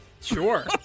sure